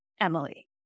Emily